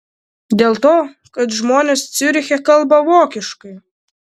dėl to kad žmonės ciuriche kalba vokiškai